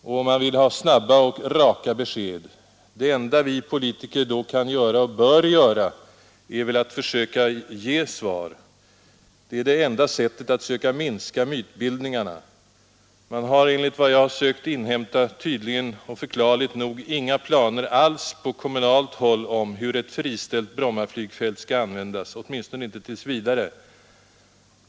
Och man vill ha snabba och raka besked. Det enda vi politiker då kan och bör göra är väl att försöka ge svar. Det är det enda sättet att söka minska mytbildningarna. Man har enligt vad jag sökt inhämta tydligen och förklarligt nog inga planer alls på kommunalt håll om hur ett friställt Brommaflygfält skall användas, åtminstone inte tills vidare.